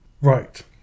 Right